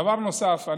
דבר נוסף,